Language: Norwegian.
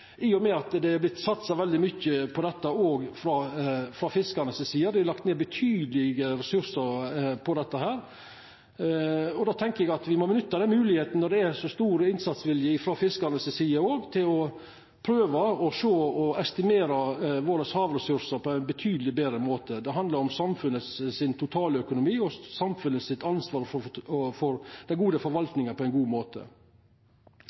i og med at det er satsa veldig mykje på dette òg frå fiskarane si side. Det er lagt ned betydelege ressursar i dette, og då tenkjer eg at me må nytta den moglegheita når det er så stor innsatsvilje, òg frå fiskarane, til å prøva å sjå og estimera havressursane på ein betydeleg betre måte. Det handlar om samfunnets totale økonomi og om samfunnets ansvar for god forvaltning. Vidare må også dekningsgraden for